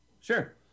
Sure